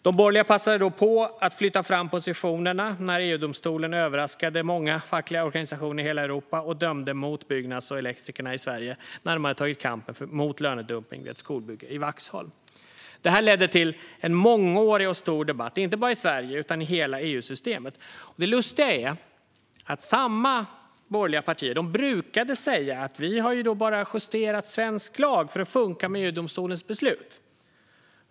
De borgerliga passade på att flytta fram positionerna när EU-domstolen överraskat många fackliga organisationer i hela Europa genom att döma mot Byggnads och Elektrikerna i Sverige, vilka hade tagit kampen mot lönedumpning vid ett skolbygge i Vaxholm. Det här ledde till en mångårig och stor debatt, inte bara i Sverige utan i hela EU-systemet. Det lustiga är att samma borgerliga partier brukat säga att man bara justerat svensk lag för att den ska funka med EU-domstolens beslut.